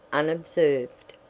unobserved.